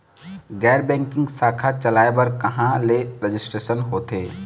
गैर बैंकिंग शाखा चलाए बर कहां ले रजिस्ट्रेशन होथे?